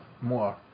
more